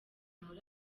muri